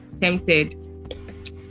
tempted